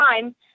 time